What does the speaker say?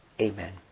Amen